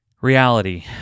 reality